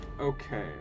Okay